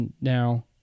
now